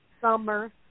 Summer